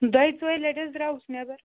دۄیہِ ژورِ لَٹہِ حظ درٛاوُس نٮ۪بر